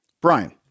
Brian